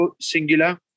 singular